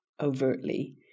overtly